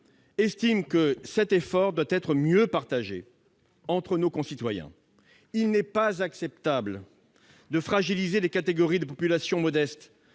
estiment que cet effort doit être mieux réparti. Il n'est pas acceptable de fragiliser les catégories de population modestes,